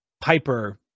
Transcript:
Piper